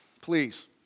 please